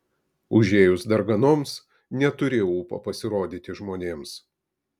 užėjus darganoms neturi ūpo pasirodyti žmonėms